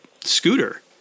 scooter